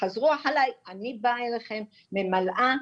תחזרו אחריי, אני באה אליכם, ממלאה,